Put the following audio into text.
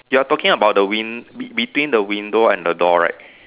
you are talking about the win~ between the window and the door right